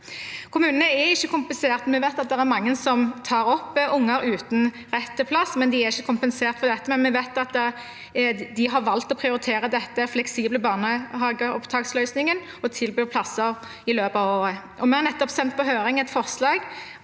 Kommunene er ikke kompensert. Vi vet at det er mange som tar opp unger uten rett til plass, men de er ikke kompensert for dette. Vi vet at de har valgt å prioritere denne fleksible barnehageopptaksløsningen og tilbyr plasser i løpet av året. Vi har nettopp sendt på høring et forslag